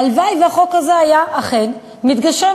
הלוואי שהחוק הזה היה אכן מתגשם.